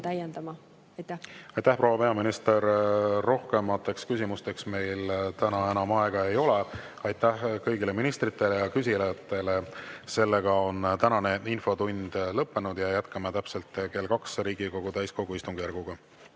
täiendama. Aitäh, proua peaminister! Rohkemateks küsimusteks meil täna enam aega ei ole. Aitäh kõigile ministritele ja küsijatele! Tänane infotund on lõppenud ja jätkame täpselt kell kaks Riigikogu täiskogu istungiga.